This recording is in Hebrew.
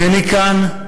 הנני כאן,